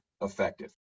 effective